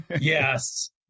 Yes